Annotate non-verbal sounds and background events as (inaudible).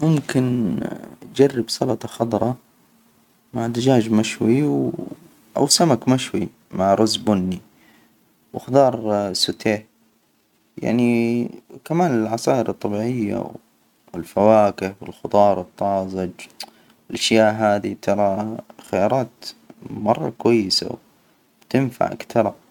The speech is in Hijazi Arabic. ممكن تجرب سلطة خضراء مع دجاج مشوي أو سمك مشوي مع رز بني. وخضار سوتيه، يعني وكمان العصائر الطبيعية، والفواكه والخضار الطازج، و (hesitation) الأشياء، هذى ترى خيارات مرة كويسة تنفعك ترى.